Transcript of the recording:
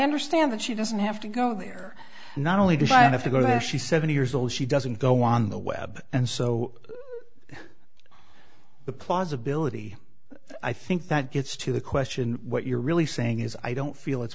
understand that she doesn't have to go there not only did i have to go there she seventy years old she doesn't go on the web and so the plausibility i think that gets to the question what you're really saying is i don't feel it's